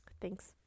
thanks